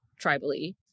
tribally